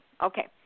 Okay